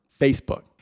facebook